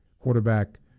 quarterback